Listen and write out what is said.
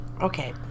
Okay